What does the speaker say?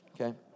Okay